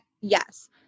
Yes